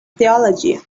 theology